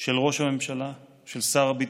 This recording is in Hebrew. של ראש הממשלה, של שר הביטחון,